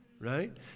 right